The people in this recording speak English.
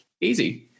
Easy